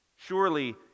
Surely